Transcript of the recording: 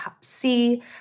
see